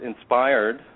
inspired